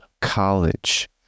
college